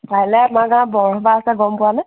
কাইলৈ বৰসবাহ আছে গম পোৱানে